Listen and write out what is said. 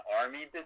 army